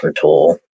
tool